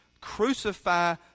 crucify